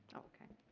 okay.